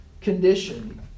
condition